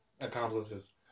accomplices